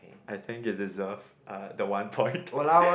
I think you deserve uh the one point